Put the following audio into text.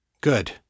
Good